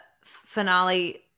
finale